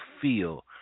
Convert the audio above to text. feel